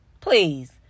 please